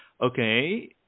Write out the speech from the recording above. okay